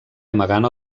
amagant